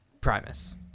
Primus